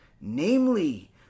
namely